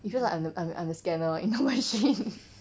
you feel like I'm I'm I'm the scanner you know machine